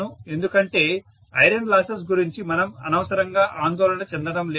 ఎందుకంటే iron losses గురించి మనం అనవసరంగా ఆందోళన చెందడంలేదు